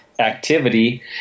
activity